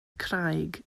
craig